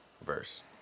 verse